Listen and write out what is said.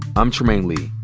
i'm trymaine lee.